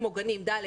כמו גנים ד',